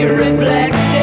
reflected